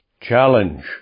challenge